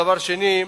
דבר שני,